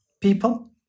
people